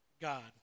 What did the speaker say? God